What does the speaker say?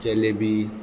jalebi